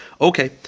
Okay